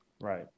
Right